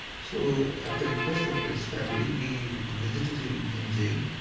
so at the request of this family we visited him in jail,